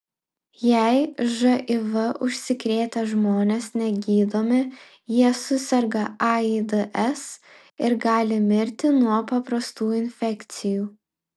jei živ užsikrėtę žmonės negydomi jie suserga aids ir gali mirti nuo paprastų infekcijų